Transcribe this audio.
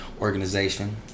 organization